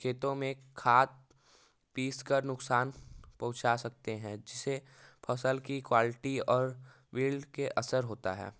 खेतों में खाद पीसकर नुकसान पहुँचा सकते हैं जिसे फसल की क्वाल्टी और विल्ड के असर होता है